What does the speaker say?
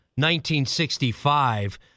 1965